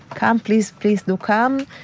come please! please do come!